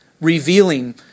revealing